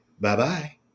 Bye-bye